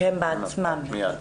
מיד.